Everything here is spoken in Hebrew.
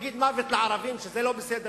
יגיד "מוות לערבים" שזה לא בסדר,